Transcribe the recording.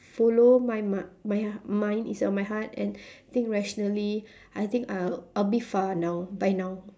follow my mi~ my h~ mind instead of my heart and think rationally I think I'll I'll be far now by now